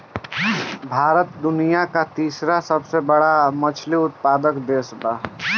भारत दुनिया का तीसरा सबसे बड़ा मछली उत्पादक देश बा